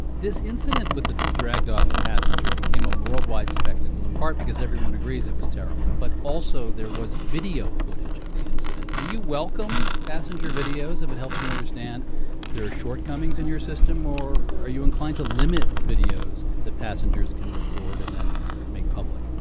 this incident with the dragged-off passenger became a worldwide spectacle in part because everyone agrees it was terrible, but also there was video footage of the incident. do you welcome passenger videos if it helps you understand there are shortcomings in your system or are you inclined to limit videos that passengers can record and then make public?